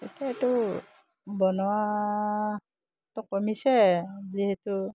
এতিয়া এইটো বনোৱাটো কমিছে যিহেতু